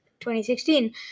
2016